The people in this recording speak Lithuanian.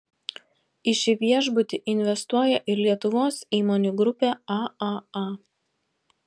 į šį viešbutį investuoja ir lietuvos įmonių grupė aaa